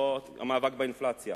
לא המאבק באינפלציה